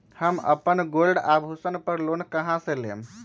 हम अपन गोल्ड आभूषण पर लोन कहां से लेम?